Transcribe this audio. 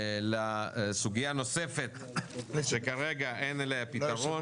לעבור לסוגיה הנוספת שכרגע אין עליה פתרון.